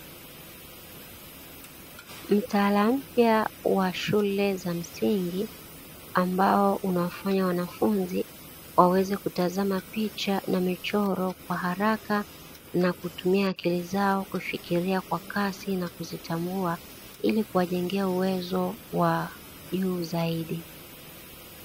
Mtaala mpya wa shule za msingi ambao unawafanya wanafunzi waweze kutazama picha na michoro kwa haraka na kutumia akili zao kufikiria kwa kasi na kuzitambua, ili kuwajengea uwezo wa juu zaidi.